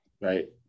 right